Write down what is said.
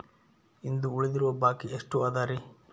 ಇಂದು ಉಳಿದಿರುವ ಬಾಕಿ ಎಷ್ಟು ಅದರಿ?